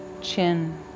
chin